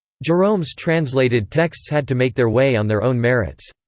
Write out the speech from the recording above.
jerome's translated texts had to make their way on their own merits.